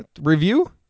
review